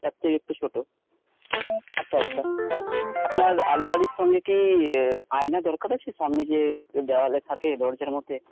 তার থেকে একটু ছোট আচ্ছা আচ্ছা আপনার আলমারির সঙ্গে কি আয়না দরকার আছে সামনে যে দেওয়ালে থাকে দরজার মধ্যে